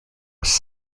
was